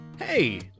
hey